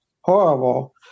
horrible